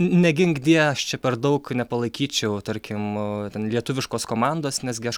ne ginkdie aš čia per daug nepalaikyčiau tarkim ten lietuviškos komandos nes gi aš